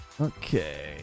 Okay